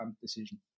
decision